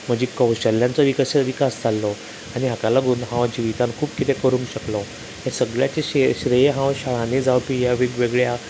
म्हजी कौशल्यांचो वि विकास जाल्लो आनी हाका लागून हांव जिवितान खूब किदें करूंक शकलो हें सगल्याचें शेय श्रेय हांव शाळांनी जावपी ह्या वेगवेगळ्या सर्तीं खातीर